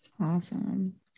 Awesome